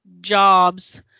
jobs